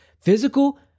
physical